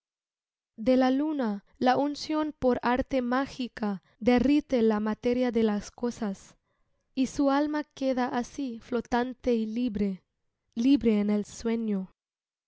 de la luna la unción por arte mágica derrite la materia de las cosas y su alma queda asi flotante y libre libre en el sueño